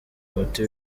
umuti